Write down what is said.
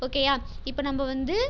ஓகேயா இப்போ நம்ப வந்து